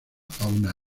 fauna